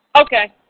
Okay